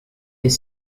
est